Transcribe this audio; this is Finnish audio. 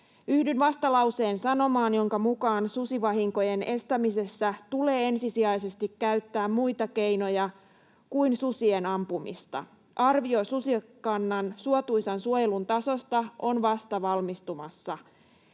Yhdyn vastalauseen sanomaan, jonka mukaan susivahinkojen estämisessä tulee ensisijaisesti käyttää muita keinoja kuin susien ampumista. Arvio susikannan suotuisan suojelun tasosta on vasta valmistumassa.